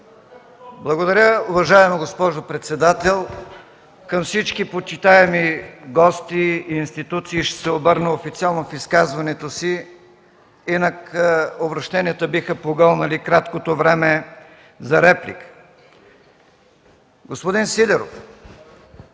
Благодаря, уважаема госпожо председател. Към всички почитаеми гости и институции ще се обърна официално в изказването си, инак обръщенията биха погълнали краткото време за реплика. Господин Сидеров,